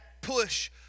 push